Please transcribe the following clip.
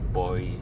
boy